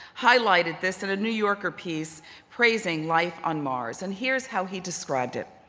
highlighted this in a new yorker piece praising life on mars. and here's how he described it.